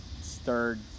stirred